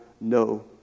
no